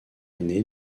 aîné